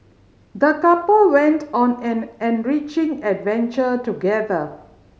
the couple went on an enriching adventure together